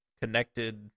connected